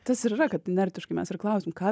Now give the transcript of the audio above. tas ir yra kad inertiškai mes ir klausiam ką